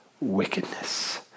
wickedness